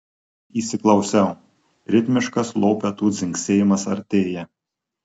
įsiklausau ritmiškas lopetų dzingsėjimas artėja